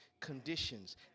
conditions